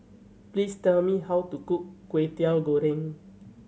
please tell me how to cook Kwetiau Goreng